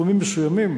ובתחומים מסוימים